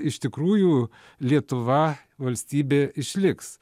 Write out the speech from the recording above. iš tikrųjų lietuva valstybė išliks